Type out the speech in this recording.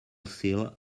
seal